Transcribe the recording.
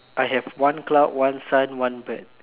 I have one cloud one sun one bird